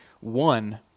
one